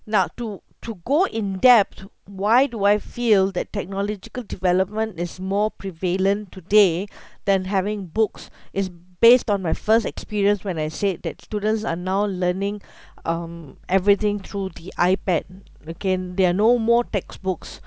not to to go in depth why do I feel that technological development is more prevalent today than having books is based on my first experience when I said that students are now learning um everything through the ipad again they are no more textbooks